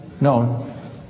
No